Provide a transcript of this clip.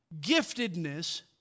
giftedness